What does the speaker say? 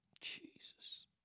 Jesus